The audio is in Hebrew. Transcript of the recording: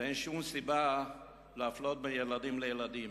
ואין שום סיבה להפלות בין ילדים לילדים.